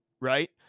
right